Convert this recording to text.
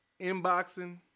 inboxing